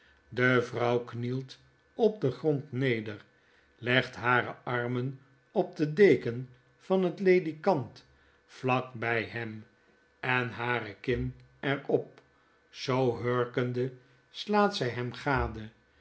de vrouw knielt op den grond neder legt hare armen op de deken van het ledikant vlak by hem en hare kin er op zoo hurkende slaat zy hem gade